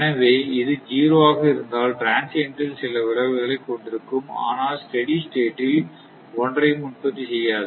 எனவே இது 0 ஆக இருந்தால் ட்ரான்சியின்ட் ல் சில விளைவுகளை கொண்டிருக்கும் ஆனால் ஸ்டெடி ஸ்டேட் ல் ஒன்றையும் உற்பத்தி செய்யாது